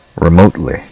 remotely